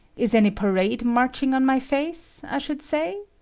is any parade marching on my face? i should say.